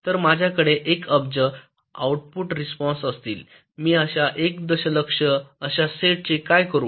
तर माझ्याकडे 1 अब्ज आउटपुट रिस्पॉन्स असतील मी अशा 1 दशलक्ष अशा सेटचे काय करू